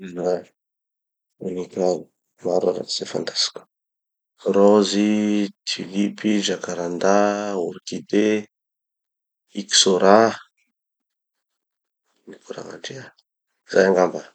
voninkazo maro araky ze fantatsiko. Rozy, tulipe, jacaranda, orchidé, ixora, ino koa ragnandria. Zay angamba.